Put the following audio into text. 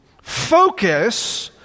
focus